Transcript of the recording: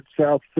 South